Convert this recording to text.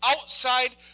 outside